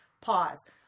Pause